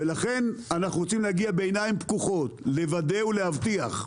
אנחנו רוצים להגיע בעיניים פקוחות, לוודא ולהבטיח,